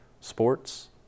Sports